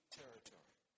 territory